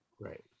Right